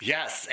Yes